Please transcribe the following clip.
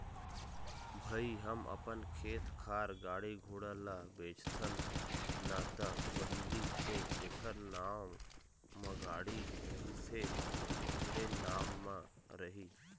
भई हम अपन खेत खार, गाड़ी घोड़ा ल बेचथन ना ता पहिली तो जेखर नांव म गाड़ी रहिस हे ओखरे नाम म रही